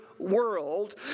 world